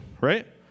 right